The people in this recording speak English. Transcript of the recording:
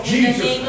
Jesus